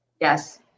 Yes